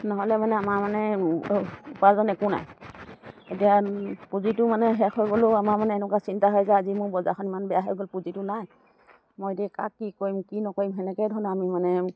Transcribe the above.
নহ'লে মানে আমাৰ মানে উপাৰ্জন একো নাই এতিয়া পুঁজিটো মানে শেষ হৈ গ'লেও আমাৰ মানে এনেকুৱা চিন্তা হৈ যায় আজি মোৰ বজাৰখন ইমান বেয়া হৈ গ'ল পুঁজিটো নাই মই এতিয়া কাক কি কৰিম কি নকৰিম সেনেকে ধৰণৰ আমি মানে